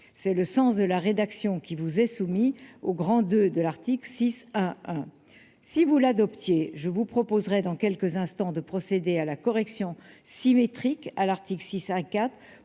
c'est le sens de la rédaction qui vous est soumis au grand de de l'Arctique six hein, si vous le adoptiez, je vous proposerai dans quelques instants, de procéder à la correction symétrique à l'article 6 1 4